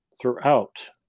throughout